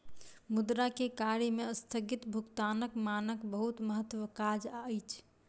मुद्रा के कार्य में अस्थगित भुगतानक मानक बहुत महत्वक काज अछि